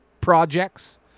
projects